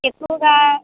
ఎక్కువగా